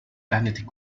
benedict